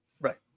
right